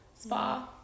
spa